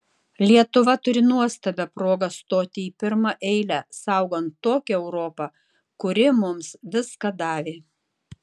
lietuva turi nuostabią progą stoti į pirmą eilę saugant tokią europą kuri mums viską davė